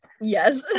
Yes